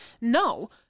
no